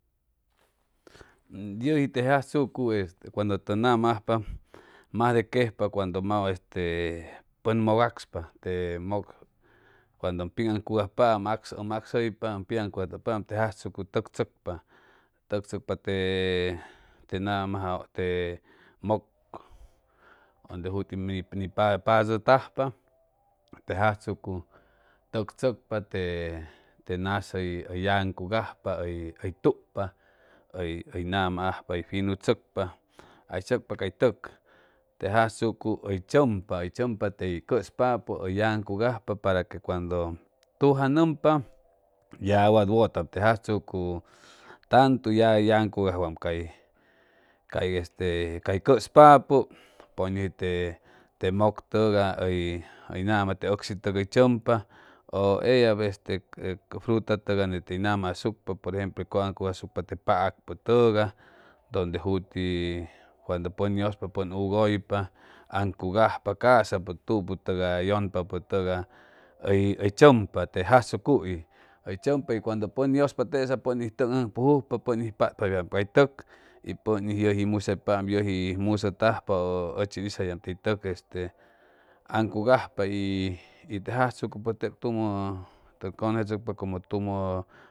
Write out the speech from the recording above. Yejí te jajtsocu este cuando te ngama ajpa mas de quejpa cuando mas este poy moc ascpa te moc cuando pjagncugajpaam em ascupa pjagncugajpaam te jajtsocu te tsocpa te tsocpa te ngama jt te moc ende juti majdi tajpa te jajtsocu fue tsocpa que te nja es ty yagaj cugajpa ty tucpa ty ngama ajpa ty fiju tsocpa ey tuc te jajtsocu ey chumpa oy chumpa tey ospapo ty yagaj cugajpa para que cuando fijangompa ya wat wotacam te jajtsocu tanto ya yagaj wagujam caa este cay ospapo poy njoi isopote togay te ngama te ucshi togay ty chumpa o ellab estels frute togay nte ngama ascupa por ejemplo cugajcugascupa te paca potogay donde juti cuando poy yuspa yagupa anguajpi chumpa y wando poy yuspa togay ty chumpa te jajtsocu ya potpa cabo cay te y pon is tesa poy tuy anjpujupa poy y potpa cabo bchi ry isayajam tey tuc este anguajpa y te jajtsocu pues teb tumo te conversotscupa como tumto